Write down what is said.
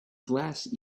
glass